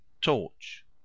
torch